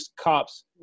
cops